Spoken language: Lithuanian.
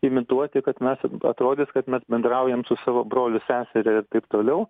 imituoti kad mes atrodys kad mes bendraujam su savo broliu seseria ir taip toliau